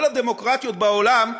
כל הדמוקרטיות בעולם,